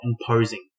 imposing